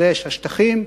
השטחים,